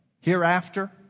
Hereafter